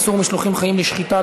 איסור משלוחים חיים לשחיטה),